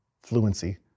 fluency